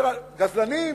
אומר: גזלנים,